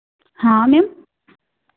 हाँ मेम